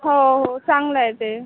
हो हो चांगलं आहे ते